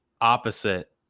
opposite